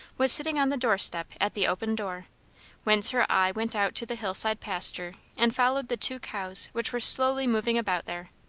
was sitting on the doorstep at the open door whence her eye went out to the hillside pasture and followed the two cows which were slowly moving about there.